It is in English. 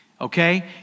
Okay